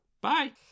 Bye